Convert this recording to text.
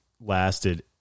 lasted